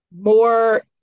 more